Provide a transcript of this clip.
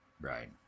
Right